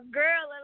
girl